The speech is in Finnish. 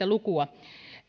lukua